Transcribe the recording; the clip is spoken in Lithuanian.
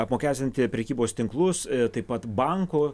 apmokestinti prekybos tinklus taip pat bankų